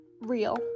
real